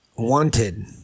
Wanted